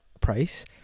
price